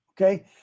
okay